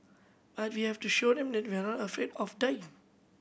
but we have to show them that we are not afraid of dying